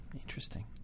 Interesting